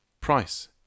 Price